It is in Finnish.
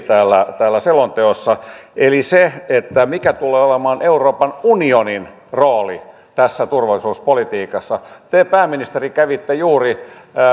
täällä täällä selonteossa eli se mikä tulee olemaan euroopan unionin rooli tässä turvallisuuspolitiikassa te pääministeri kävitte juuri